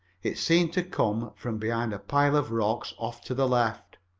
it seemed to come from behind a pile of rocks off to the left.